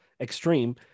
extreme